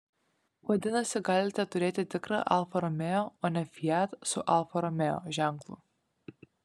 vadinasi galite turėti tikrą alfa romeo o ne fiat su alfa romeo ženklu